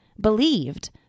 believed